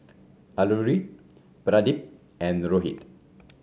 Alluri Pradip and Rohit